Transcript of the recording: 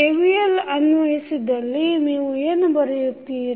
KVL ಅನ್ವಯಿಸಿದಲ್ಲಿ ನೀವು ಏನು ಬರೆಯುತ್ತೀರಿ